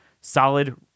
solid